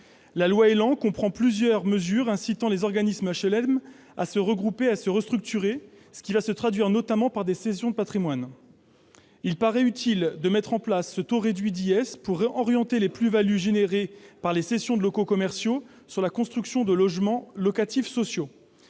loi ÉLAN, comprend plusieurs mesures incitant les organismes d'HLM à se regrouper et à se restructurer, ce qui va se traduire notamment par des cessions de patrimoine. Il paraît utile de mettre en place ce taux réduit d'IS pour orienter les plus-values générées par les cessions de locaux commerciaux vers la construction de logements locatifs sociaux.